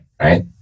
right